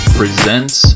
presents